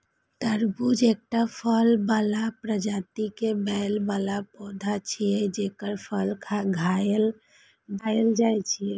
तरबूज एकटा फूल बला प्रजाति के बेल बला पौधा छियै, जेकर फल खायल जाइ छै